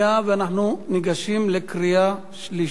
ואנחנו ניגשים לקריאה שלישית.